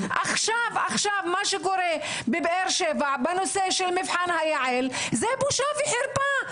מה שקורה בבאר שבע בנושא של מבחן יע"ל זו בושה וחרפה.